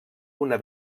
una